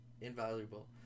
Invaluable